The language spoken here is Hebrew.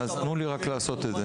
אז תנו לי רק לעשות את זה.